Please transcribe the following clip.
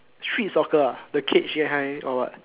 street soccer ah the cage that kind or what